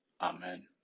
Amen